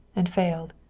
and failed.